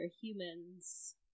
humans